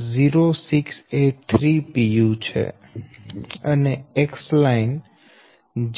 0683 pu છે અને Xline